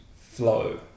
flow